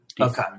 Okay